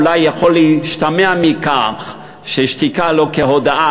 אולי יכול להשתמע מכך ששתיקה הלוא כהודאה,